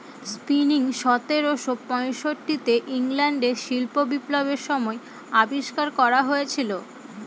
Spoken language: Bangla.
স্পিনিং সতেরোশো পয়ষট্টি তে ইংল্যান্ডে শিল্প বিপ্লবের সময় আবিষ্কার করা হয়েছিল